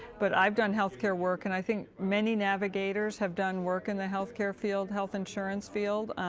but i've done health care work and i think many navigators have done work in the health care field, health insurance field,